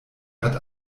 hat